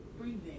breathing